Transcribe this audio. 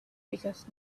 because